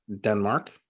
denmark